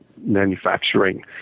manufacturing